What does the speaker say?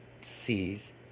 sees